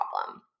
problem